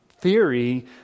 theory